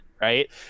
right